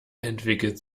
entwickelt